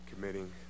committing